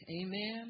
Amen